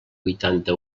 huitanta